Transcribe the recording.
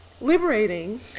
liberating